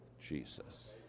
Jesus